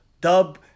dub